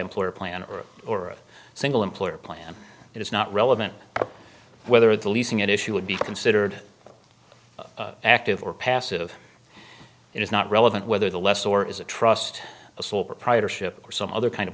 employer plan or or a single employer plan it is not relevant whether the leasing it issue would be considered active or passive it is not relevant whether the less or is a trust a sole proprietorship or some other kind of